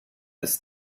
ist